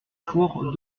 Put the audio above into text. four